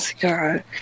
God